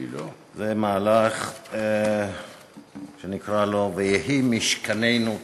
זה מהלך שנקרא לו "ויהיה משכננו טהור".